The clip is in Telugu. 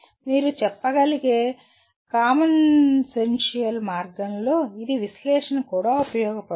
మీరు చెప్పగలిగే కామన్సెన్సియల్ మార్గంలో ఇది విశ్లేషణగా కూడా ఉపయోగించబడుతుంది